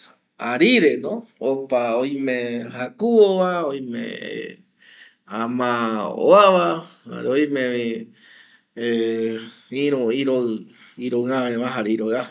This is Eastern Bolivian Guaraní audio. arireno opa oime jakuvova oime ama oava jare oimevi irü iroɨaveva jare iroɨajɨva